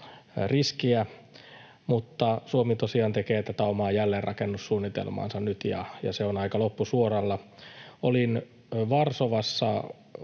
riskiä, mutta Suomi tosiaan tekee tätä omaa jälleenrakennussuunnitelmaansa nyt, ja se on aika loppusuoralla. Olin Varsovassa